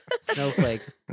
snowflakes